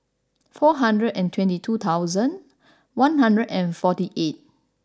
four hundred and twenty two thousand one hundred and forty eight